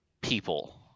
people